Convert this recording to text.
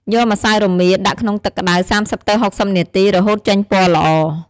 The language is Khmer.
យកម្សៅរមៀត ដាក់ក្នុងទឹកក្ដៅ ៣០ ទៅ ៦០នាទី រហូតចេញពណ៌ល្អ។